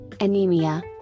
anemia